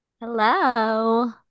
Hello